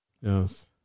Yes